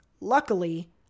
Luckily